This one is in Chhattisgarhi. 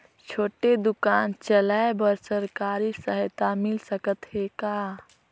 छोटे दुकान चलाय बर सरकारी सहायता मिल सकत हे का?